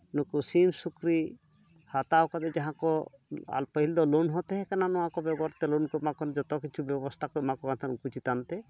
ᱱᱩᱠᱩ ᱥᱤᱢ ᱥᱩᱠᱨᱤ ᱦᱟᱛᱟᱣ ᱠᱟᱛᱮ ᱡᱟᱦᱟᱸ ᱠᱚ ᱯᱟᱹᱦᱤᱞ ᱫᱚ ᱞᱳᱱ ᱦᱚᱸ ᱛᱮᱦᱮᱸ ᱠᱟᱱᱟ ᱱᱚᱣᱟ ᱠᱚ ᱵᱮᱜᱚᱨ ᱛᱮ ᱞᱳᱱ ᱠᱚ ᱮᱢᱟᱠᱚ ᱠᱟᱱ ᱛᱟᱦᱮᱸ ᱡᱚᱛᱚ ᱠᱤᱪᱷᱩ ᱵᱮᱵᱚᱥᱛᱟ ᱠᱚ ᱮᱢᱟ ᱠᱚ ᱠᱟᱱ ᱛᱟᱦᱮᱸᱠᱟᱱᱟ ᱱᱩᱠᱩ ᱪᱮᱛᱟᱱ ᱛᱮ